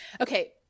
Okay